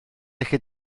felly